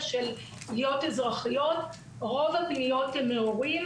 של פגיעות אזרחיות - רוב הפניות הן להורים